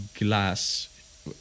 glass